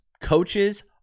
coaches